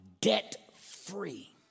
debt-free